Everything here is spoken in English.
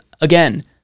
again